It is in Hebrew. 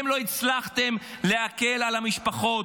אתם לא הצלחתם להקל על המשפחות,